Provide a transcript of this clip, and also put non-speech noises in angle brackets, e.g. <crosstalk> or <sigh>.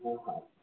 <unintelligible>